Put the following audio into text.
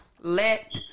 let